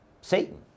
Satan